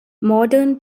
modern